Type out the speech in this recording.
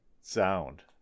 sound